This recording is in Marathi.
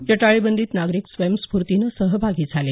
या टाळेबंदीत नागरिक स्वयंस्फुर्तीनं सहभागी झाले